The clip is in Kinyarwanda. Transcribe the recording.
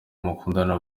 mukundana